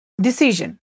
decision